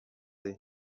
nka